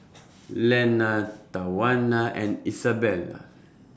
Lenna Tawana and Isabela